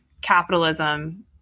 capitalism